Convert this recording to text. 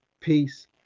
peace